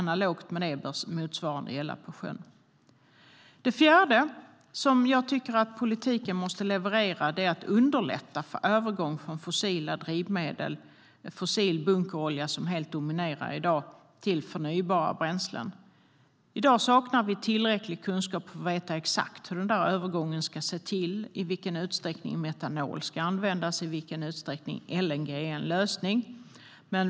Motsvarande bör gälla på sjön. Den fjärde punkten jag tycker att politiken måste leverera på handlar om att underlätta för en övergång från fossila drivmedel - fossil bunkerolja, som helt dominerar i dag - till förnybara bränslen. I dag saknar vi tillräcklig kunskap för att veta exakt hur övergången ska gå till, i vilken utsträckning metanol ska användas och i vilken utsträckning LNG är en lösning.